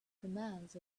commands